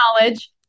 knowledge